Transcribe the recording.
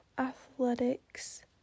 athletics